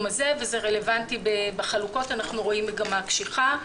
הזה ובחלוקות אנחנו רואים מגמה קשיחה.